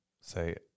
Say